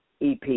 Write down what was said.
EP